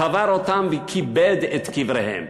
קבר אותם וכיבד את קבריהם.